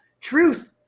truth